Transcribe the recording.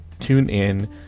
TuneIn